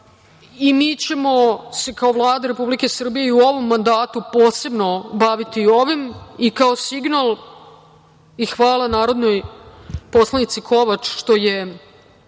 Mi ćemo se kao Vlada Republike Srbije i u ovom mandatu posebno baviti ovim. Kao signal, hvala narodnoj poslanici Kovač, što je,